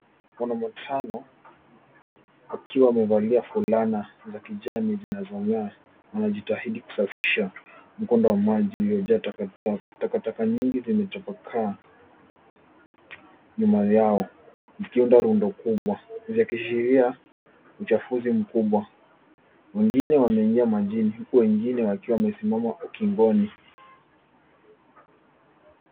Mkono mutano, akiwa amevalia fulana za kijani zinazongaa anajitahidi kusafisha mkondo wa maji uliojaa takataka. Takataka nyingi zimetapakaa, nyuma yao zikiunda rundo kubwa zikiashiria uchafuzi mkubwa. Wengine wameingia majini huku wengine wakiwa wamesimama ukingoni